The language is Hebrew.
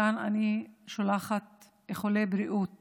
מכאן אני שולחת איחולי בריאות